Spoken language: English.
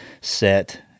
set